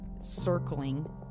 circling